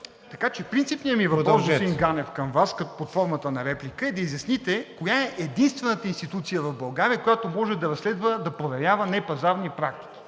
Така че принципният ми въпрос, господин Ганев, към Вас е под формата на реплика да изясните коя е единствената институция в България, която може да разследва, и да проверява непазарни практики?